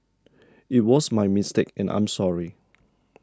it was my mistake and I'm sorry